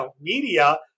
media